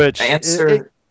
Answer